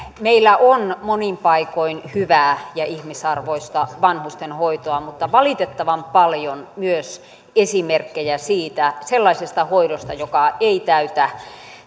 meillä on monin paikoin hyvää ja ihmisarvoista vanhustenhoitoa mutta valitettavan paljon myös esimerkkejä siitä sellaisesta hoidosta joka ei täytä